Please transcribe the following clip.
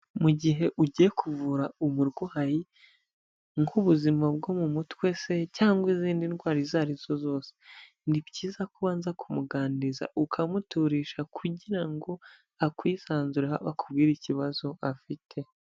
Mu gihe ugiye kuvura umurwayi, nk'ubuzima bwo mu mutwe se cyangwa izindi ndwara izo arizo zose, ni byiza ko ubanza kumuganiriza, ukamuturisha kugira ngo akwisanzureho, akubwire ikibazo afite.